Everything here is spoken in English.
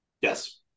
Yes